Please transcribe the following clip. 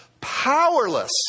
Powerless